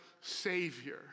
savior